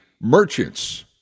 merchants